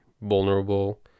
vulnerable